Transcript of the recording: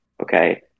okay